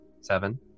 Seven